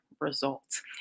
results